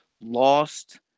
lost